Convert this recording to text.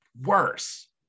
worse